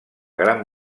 gran